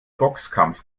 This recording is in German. boxkampf